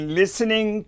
listening